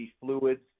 fluids